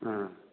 ꯑꯥ